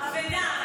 אבדה.